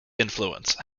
influence